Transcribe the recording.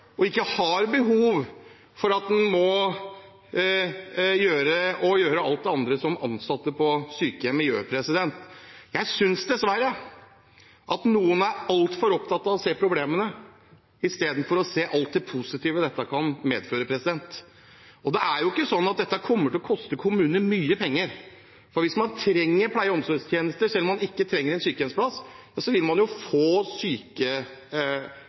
og ikke må gjøre alt det andre som de ansatte på sykehjemmet gjør. Jeg synes dessverre at noen er altfor opptatt av å se problemene istedenfor å se alt det positive som dette kan medføre. Dette kommer ikke til å koste kommunene mye penger, for hvis man trenger pleie- og omsorgstjenester selv om man ikke trenger en sykehjemsplass, vil man få